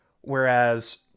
whereas